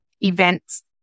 events